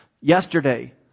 Yesterday